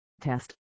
test